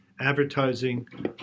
advertising